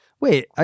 Wait